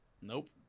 nope